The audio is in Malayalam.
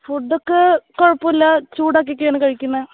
ഫുഡൊക്കെ കുഴപ്പമില്ല ചൂടാക്കിയൊക്കെയാണ് കഴിക്കുന്നത്